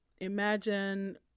imagine